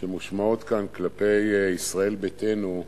שמושמעות כאן כלפי ישראל ביתנו,